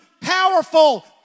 powerful